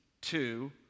two